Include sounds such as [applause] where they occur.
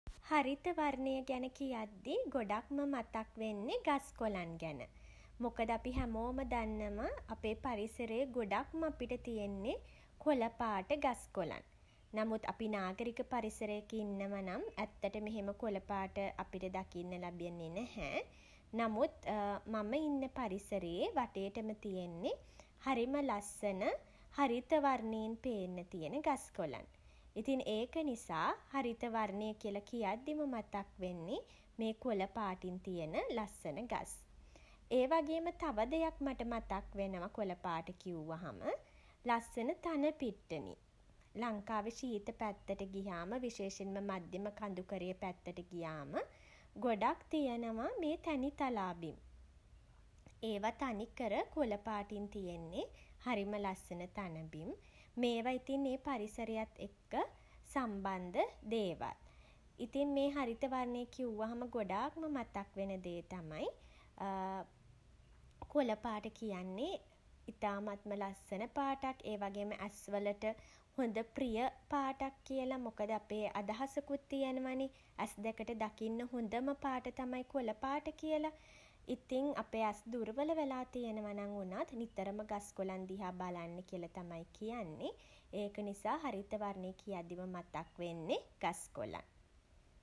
හරිත වර්ණය ගැන කියද්දි [hesitation] ගොඩක්ම මතක් වෙන්නෙ [hesitation] ගස් කොළන් ගැන. මොකද අපි හැමෝම දන්නව [hesitation] අපේ පරිසරයේ ගොඩක්ම අපිට තියෙන්නෙ [hesitation] කොල පාට ගස් කොළන්. නමුත් අපි නාගරික පරිසරයක ඉන්නවා නම් ඇත්තටම එහෙම කොළ පාට [hesitation] අපිට දකින්න ලැබෙන්නේ නැහැ. නමුත් [hesitation] මම ඉන්න පරිසරයේ [hesitation] වටේටම තියෙන්නෙ [hesitation] හරිම ලස්සන [hesitation] හරිත වර්ණයෙන් පේන්න තියෙන ගස් කොළන්. ඉතින් ඒක නිසා [hesitation] හරිත වර්ණය කියලා කියද්දිම මතක් වෙන්නේ [hesitation] මේ කොළ පාටින් තියෙන ලස්සන ගස්. ඒ වගේම අපිට මට තව දෙයක් මතක් වෙනව කොළ පාට කිව්වහම [hesitation] ලස්සන තණ පිට්ටනි. ලංකාවේ ශීත පැත්තට ගිහාම [hesitation] විශේෂයෙන්ම මධ්‍යම කඳුකරය පැත්තට ගියාම [hesitation] ගොඩක් තියෙනවා මේ [hesitation] තැනිතලා බිම්. ඒවා තනිකර කොළ පාටින් තියෙන්නෙ. හරිම ලස්සන තණබිම්. මේවා ඉතින් ඒ පරිසරයත් එක්ක [hesitation] සම්බන්ධ [hesitation] දේවල්. ඉතින් මේ හරිත වර්ණය කිව්වහම ගොඩාක්ම මතක් වෙන දේ තමයි [hesitation] කොළ පාට කියන්නේ ඉතාමත්ම ලස්සන පාටක් [hesitation] ඒ වගේම ඇස් වලට හොඳ ප්‍රිය පාටක් [hesitation] කියලා. මොකද අපේ අදහසකුත් තියෙනවනෙ [hesitation] ඇස් දෙකට දකින්න හොඳම පාට තමයි කොළ පාට කියල. ඉතින් [hesitation] අපේ ඇස් දුර්වල වෙලා තියෙනවනම් වුණත් [hesitation] නිතරම ගස් කොළන් දිහා බලන්න කියලා තමයි කියන්නේ. ඒක නිසා හරිත වර්ණය කියද්දීම මතක් වෙන්නේ ගස් කොළන්.